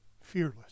fearless